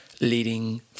leading